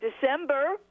December